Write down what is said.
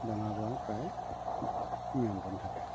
বেমাৰৰ পৰা প্ৰায় নিয়ন্ত্ৰণ থাকে